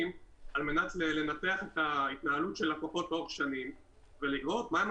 על מנת לנתח את ההתנהלות של הלקוחות לאורך שנים ולראות מהם